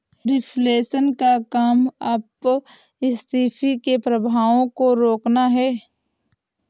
reflation का काम अपस्फीति के प्रभावों को रोकना है